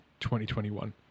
2021